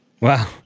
Wow